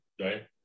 right